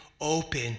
open